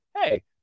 hey